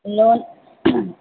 loan